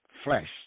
Flesh